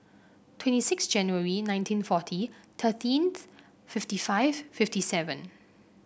twenty six January nineteen forty thirteen's fifty five fifty seven